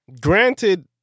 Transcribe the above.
granted